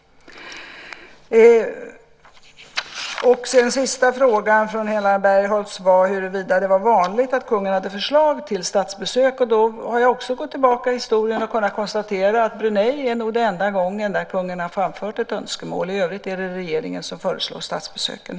Den sista frågan från Helena Bargholtz gällde huruvida det är vanligt att kungen har förslag till statsbesök. Jag har gått tillbaka i historien och kan konstatera att Bruneibesöket nog är den enda gång som kungen har framfört ett önskemål. I övrigt är det regeringen som föreslår statsbesöken.